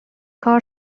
کار